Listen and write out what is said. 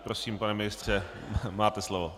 Prosím, pane ministře, máte slovo.